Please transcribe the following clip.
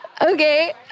Okay